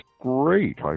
great